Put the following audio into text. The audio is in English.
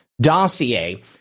dossier